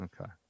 Okay